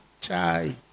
chai